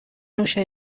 نوش